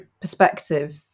perspective